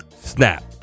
snap